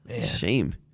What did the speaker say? Shame